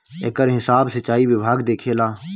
एकर हिसाब सिंचाई विभाग देखेला